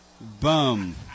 Boom